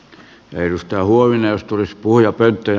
jos ministeri huovinen tulisi puhujapönttöön